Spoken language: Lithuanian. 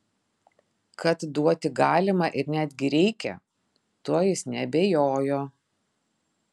kad duoti galima ir netgi reikia tuo jis neabejojo